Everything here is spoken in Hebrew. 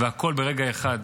והכול ברגע אחד.